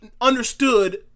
understood